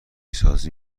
سازی